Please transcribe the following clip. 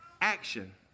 Action